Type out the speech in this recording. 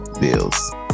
bills